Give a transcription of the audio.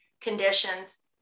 conditions